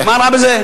מה רע בזה?